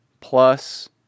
plus